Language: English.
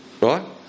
Right